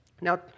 Now